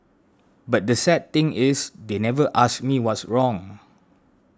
but the sad thing is they never asked me what's wrong